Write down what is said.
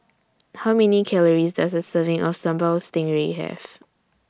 How Many Calories Does A Serving of Sambal Stingray Have